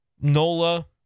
Nola